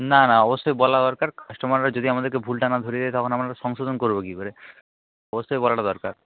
না না অবশ্যই বলা দরকার কাস্টোমাররা যদি আমাদেরকে ভুলটা না ধরিয়ে দেয় তখন আমরা সংশোধন করবো কি করে অবশ্যই বলাটা দরকার